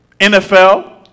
NFL